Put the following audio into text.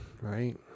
right